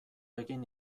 egin